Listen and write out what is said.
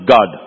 God